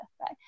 right